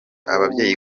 ababyeyi